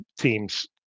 team's